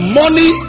money